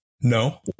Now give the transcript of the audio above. No